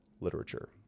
literature